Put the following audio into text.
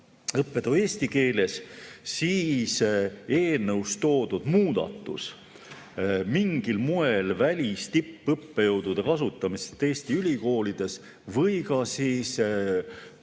õppetöö eesti keeles, siis eelnõus toodud muudatus mingil moel välistippõppejõudude kasutamist Eesti ülikoolides või oma